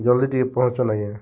ଜଲ୍ଦି ଟିକେ ପହଁଞ୍ଚୁନ୍ ଆଜ୍ଞା